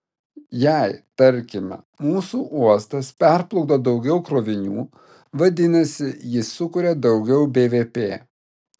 jei tarkime mūsų uostas perplukdo daugiau krovinių vadinasi jis sukuria daugiau bvp